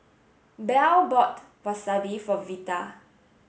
Belle bought Wasabi for Vita